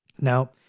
Now